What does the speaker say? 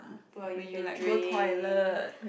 !wah! you can drink